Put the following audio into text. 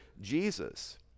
Jesus